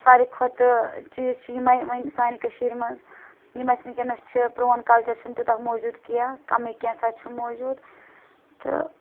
ساروٕے کھۄتہِ چیٖز چھِ یِمے وۄنۍ سانہِ کٔشیٖرِ مَنٛز یِم اَسہِ وٕنکیٚنَس چھِ پرون کَلچَر چھُ نہٕ تیوتاہ موٗجود کینٛہہ کمٕے کینٛہہ ژھاہ چھُ موٗجود تہٕ